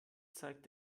zeigt